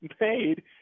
made